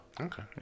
Okay